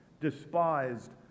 despised